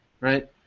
right